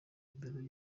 mbere